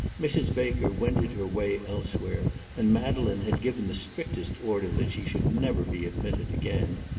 mrs. baker wended her way elsewhere and madeleine had given the strictest order that she should never be admitted again,